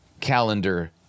calendar